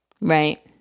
right